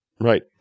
Right